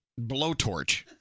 blowtorch